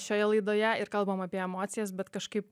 šioje laidoje ir kalbam apie emocijas bet kažkaip